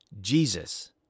Jesus